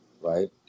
right